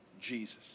Jesus